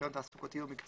ניסיון תעסוקתי או מקצועי,